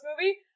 movie